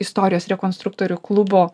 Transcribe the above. istorijos rekonstruktorių klubo